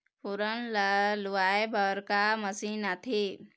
फोरन ला लुआय बर का मशीन आथे?